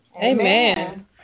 Amen